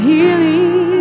Healing